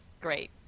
great